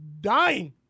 dying